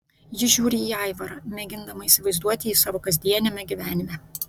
ji žiūri į aivarą mėgindama įsivaizduoti jį savo kasdieniame gyvenime